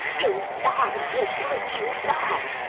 you lie, you brute you lie!